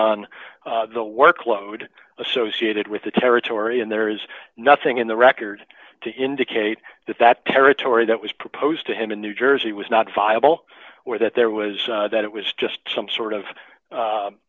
on the workload associated with the territory and there is nothing in the record to indicate that that territory that was proposed to him in new jersey was not viable or that there was that it was just some sort of